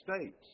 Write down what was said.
states